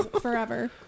forever